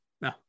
No